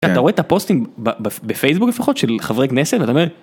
אתה רואה את הפוסטים בפייסבוק לפחות של חברי כנסת ואתה אומר.